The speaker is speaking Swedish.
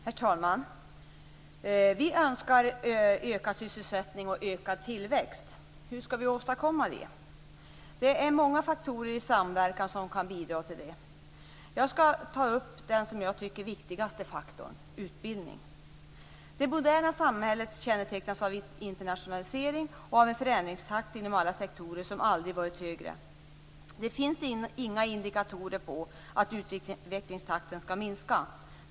Herr talman! Vi önskar ökad sysselsättning och ökad tillväxt. Hur skall vi då åstadkomma det? Ja, det är många faktorer i samverkan som kan bidra till det. Jag skall ta upp den, som jag tycker, viktigaste faktorn - utbildning. Det moderna samhället kännetecknas av internationalisering och av en förändringstakt inom alla sektorer som aldrig har varit högre. Det finns inga indikatorer på att utvecklingstakten skall minska.